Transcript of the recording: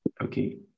okay